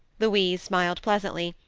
louise smiled pleasantly,